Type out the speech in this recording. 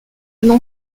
n’en